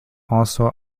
also